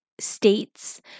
states